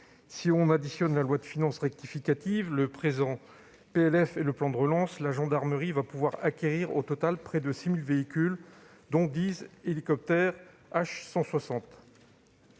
Si nous additionnons la loi de finances rectificative, ce projet de loi de finances et le plan de relance, la gendarmerie va pouvoir acquérir au total près de 6 000 véhicules, dont dix hélicoptères H160.